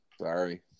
Sorry